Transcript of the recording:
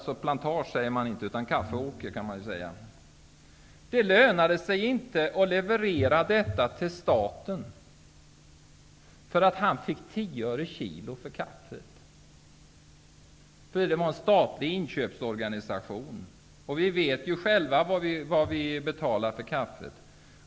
Det lönade sig inte för honom att leverera kaffet till staten, därför att han fick 10 öre per kilo. Där fanns en statlig inköpsorganisation. Vi vet ju själva vad vi betalar för kaffet.